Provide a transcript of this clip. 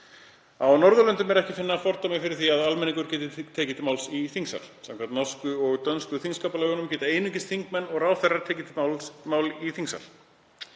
Á Norðurlöndunum er ekki að finna fordæmi fyrir því að almenningur geti tekið til máls í þingsal. Samkvæmt norsku og dönsku þingskapalögunum geta einungis þingmenn og ráðherrar tekið til máls í þingsal.